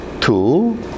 Two